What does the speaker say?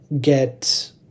get